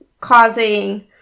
causing